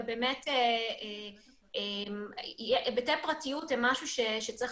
אבל באמת היבטי פרטיות זה משהו שצריך